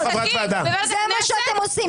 זה מה שאתם עושים.